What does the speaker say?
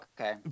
okay